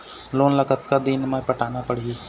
Loan ला कतका दिन मे पटाना पड़ही?